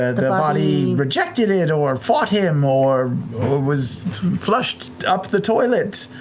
ah the body rejected it or fought him, or was flushed up the toilet.